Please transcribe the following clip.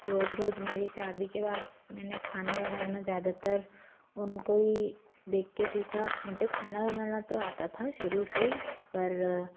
रोज़ रोज़ मेरी शादी के बाद मैंने खाना बनाना ज़्यादातर उनको ही देख कर सीखा मुझे खाना बनाना तो आता था शुरू से ही पर